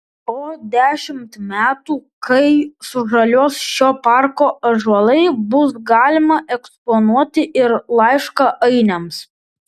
po dešimt metų kai sužaliuos šio parko ąžuolai bus galima eksponuoti ir laišką ainiams